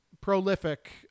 prolific